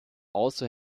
also